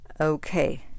Okay